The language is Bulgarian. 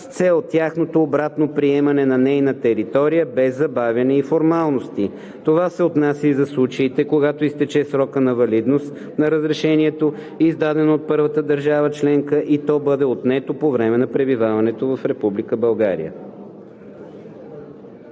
с цел тяхното обратно приемане на нейна територия без забавяне и формалности. Това се отнася и за случаите, когато изтече срокът на валидност на разрешението, издадено от първата държава членка, или то бъде отнето по време на пребиваването в Република